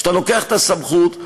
שאתה לוקח את הסמכות,